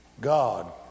God